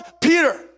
Peter